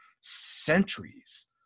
centuries